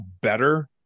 better